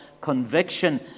conviction